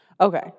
Okay